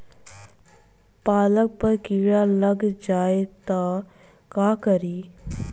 पालक पर कीड़ा लग जाए त का करी?